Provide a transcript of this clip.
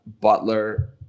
Butler